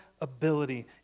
ability